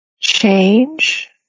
change